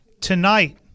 Tonight